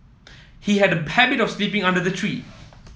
he had a habit of sleeping under the tree